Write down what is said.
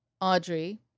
Audrey